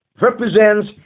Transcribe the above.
represents